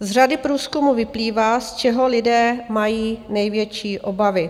Z řady průzkumů vyplývá, z čeho lidé mají největší obavy.